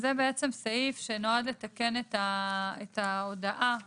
(ט)רופא מורשה רשאי לבקש מהמנהל להאריך את המועדים הקבועים